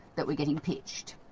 that we're getting pitched.